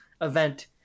event